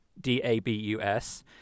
D-A-B-U-S